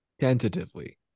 Tentatively